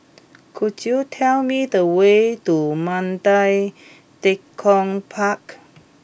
could you tell me the way to Mandai Tekong Park